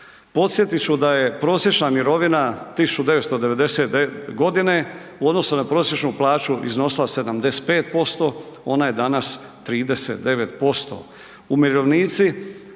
Podsjetit ću da je prosječna mirovina 1999. godine u odnosu na prosječnu plaću iznosila 75%, ona je danas 39%.